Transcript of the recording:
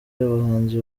abahanzi